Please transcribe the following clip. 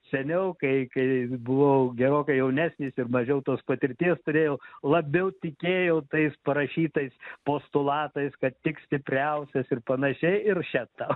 seniau kai kai buvau gerokai jaunesnis ir mažiau tos patirties turėjau labiau tikėjau tais parašytais postulatais kad tik stipriausias ir panašiai ir še tau